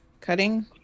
Cutting